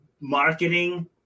marketing